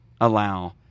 allow